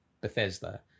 Bethesda